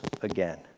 again